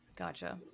Gotcha